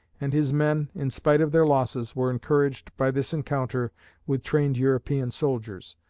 and his men, in spite of their losses, were encouraged by this encounter with trained european soldiers.